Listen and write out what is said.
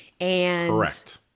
Correct